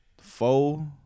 four